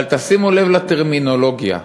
אבל תשימו לב לטרמינולוגיה: